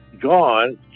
gone